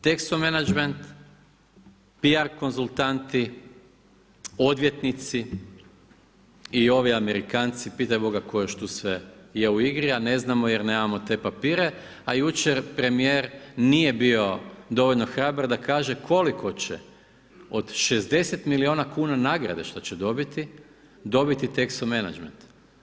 Texo Menagment, PR konzultanti, odvjetnici i ovi Amerikanci, pitaj Boga tko još tu sve je u igri, a ne znamo jer nemamo te papire, a jučer premijer nije bio dovoljno hrabar da kaže koliko će od 60 miliona kuna nagrade što će dobiti, dobiti Texo Menagement.